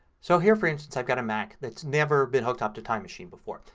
so here, for instance, i've got a mac that's never been hooked up to time machine before.